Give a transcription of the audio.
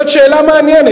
זאת שאלה מעניינת.